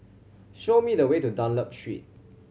show me the way to Dunlop Street